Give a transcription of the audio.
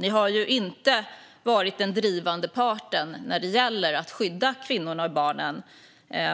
Ni har inte varit den drivande parten när det gäller att skydda kvinnorna och barnen.